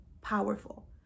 powerful